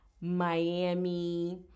miami